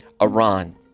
Iran